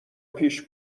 پیش